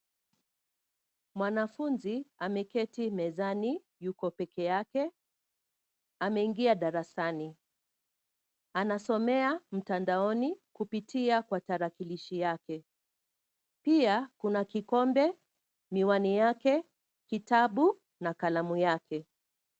Mwanafunzi ameketi mezani, yuko peke yake. Ameingia darasani. Anasomea mtandaoni kupitia kwa tarakilishi yake pia kuna kikombe, miwani yake, kitabu na kalamu yake.